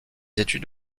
études